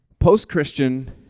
Post-Christian